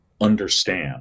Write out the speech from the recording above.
understand